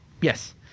yes